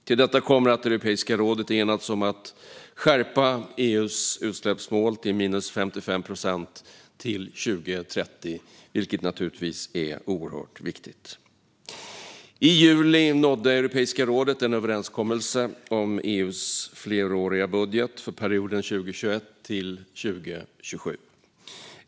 Till detta kommer att Europeiska rådet enats om att skärpa EU:s utsläppsmål till minus 55 procent till 2030, vilket naturligtvis är oerhört viktigt. I juli nådde Europeiska rådet en överenskommelse om EU:s fleråriga budget för perioden 2021-2027.